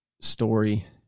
story